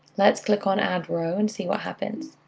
let's click on add row, and see what happens.